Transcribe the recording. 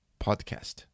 Podcast